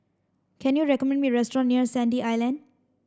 can you recommend me a restaurant near Sandy Island